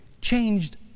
changed